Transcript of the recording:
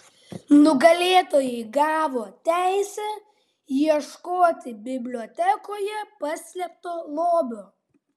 nugalėtojai gavo teisę ieškoti bibliotekoje paslėpto lobio